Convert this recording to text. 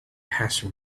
passed